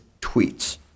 tweets